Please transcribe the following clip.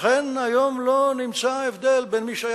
ולכן היום לא נמצא הבדל בין מי שהיה